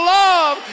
love